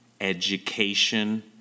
education